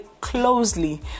Closely